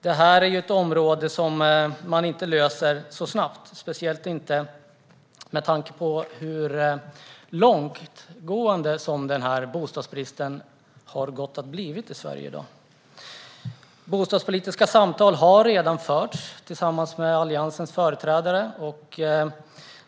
Detta är en fråga som man inte löser så snabbt, speciellt inte med tanke på hur långtgående bostadsbristen har blivit i Sverige i dag. Bostadspolitiska samtal har redan förts tillsammans med Alliansens företrädare.